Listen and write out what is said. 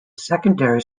secondary